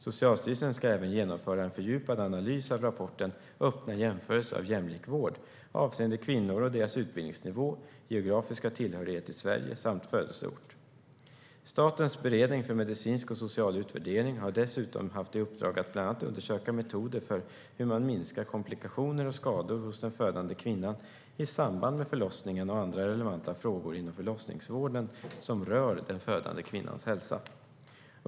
Socialstyrelsen ska även genomföra en fördjupad analys av rapporten Öppna jämförelser - Jämlik vård 2015 avseende kvinnor och deras utbildningsnivå, geografiska tillhörighet i Sverige samt födelseort. Statens beredning för medicinsk och social utvärdering, SBU, har dessutom haft i uppdrag att bland annat undersöka metoder för hur man minskar komplikationer och skador hos den födande kvinnan i samband med förlossningen och andra relevanta frågor inom förlossningsvården som rör den födande kvinnans hälsa.